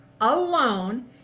alone